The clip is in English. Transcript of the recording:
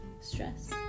stress